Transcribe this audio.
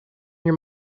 your